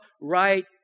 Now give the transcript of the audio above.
right